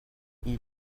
ils